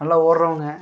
நல்லா ஓடுறவுங்க